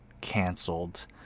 canceled